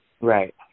Right